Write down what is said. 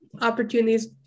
opportunities